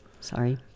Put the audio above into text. Sorry